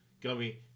Gummy